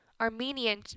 Armenian